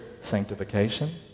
sanctification